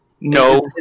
No